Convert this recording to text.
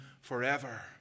forever